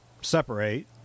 separate